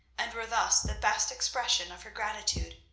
and were thus the best expression of her gratitude.